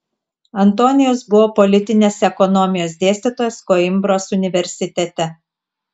antonijus buvo politinės ekonomijos dėstytojas koimbros universitete